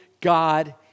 God